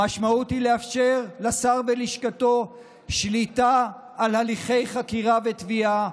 המשמעות היא לאפשר לשר ולשכתו שליטה על הליכי חקירה ותביעה,